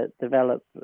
develop